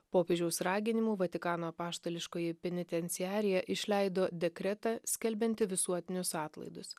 popiežiaus raginimu vatikano apaštališkoji pinitenciarija išleido dekretą skelbiantį visuotinius atlaidus